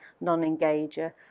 non-engager